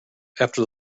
after